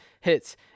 hits